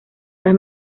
las